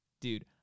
Dude